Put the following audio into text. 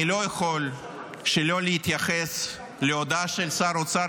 אני לא יכול שלא להתייחס להודעה של שר האוצר